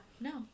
No